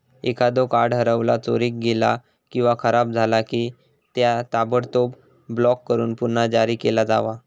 एखादो कार्ड हरवला, चोरीक गेला किंवा खराब झाला की, त्या ताबडतोब ब्लॉक करून पुन्हा जारी केला जावा